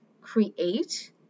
create